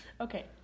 Okay